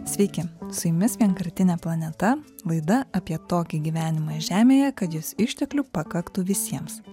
sveiki su jumis vienkartinė planeta laida apie tokį gyvenimą žemėje kad jus išteklių pakaktų visiems